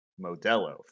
Modelo